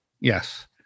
Yes